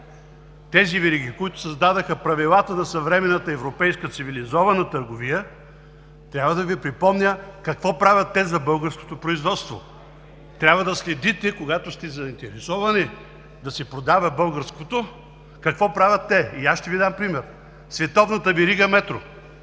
тези вериги, които създадоха правилата на съвременната европейска, цивилизована търговия, трябва да Ви припомня какво правят те за българското производство. Трябва да следите, когато сте заинтересовани да се продава българското, какво правят те. Ще Ви дам пример – световната верига „Метро“.